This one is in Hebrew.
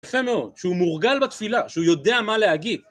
יפה מאוד, שהוא מורגל בתפילה, שהוא יודע מה להגיד.